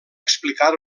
explicar